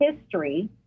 history